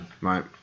Right